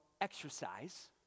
exercise